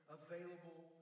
available